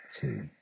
two